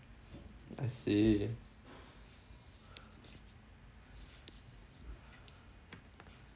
I see